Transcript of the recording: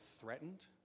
threatened